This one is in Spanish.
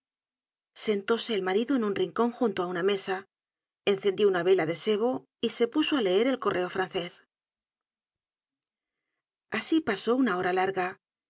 sentóse el marido en un rincon junto á una mesa encendió una vela de sebo y se puso á leer el correo francés asi pasó una hora larga